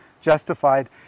justified